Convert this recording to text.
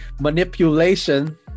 Manipulation